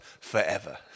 forever